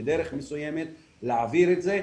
בדרך מסוימת להעביר את זה,